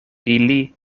ili